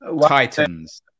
titans